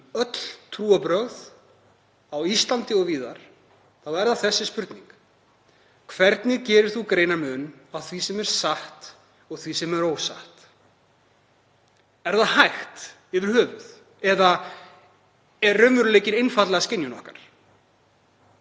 um öll trúarbrögð á Íslandi og víðar, er það þessi spurning: Hvernig gerir þú greinarmun á því sem er satt og því sem er ósatt? Er það hægt yfir höfuð eða er raunveruleikinn einfaldlega skynjun okkar?